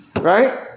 Right